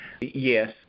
Yes